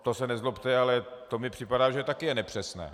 To se nezlobte, ale to mi připadá, že je taky nepřesné.